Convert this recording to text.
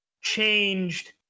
changed